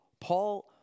Paul